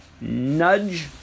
nudge